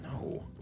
No